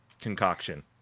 concoction